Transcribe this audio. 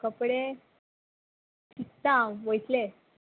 कपडे चित्ता हांव वयतले